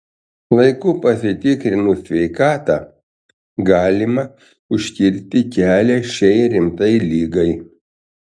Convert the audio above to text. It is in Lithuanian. laiku pasitikrinus sveikatą galima užkirsti kelią šiai rimtai ligai